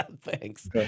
thanks